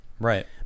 Right